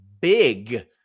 big